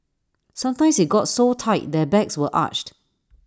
sometimes IT got so tight their backs were arched